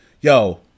Yo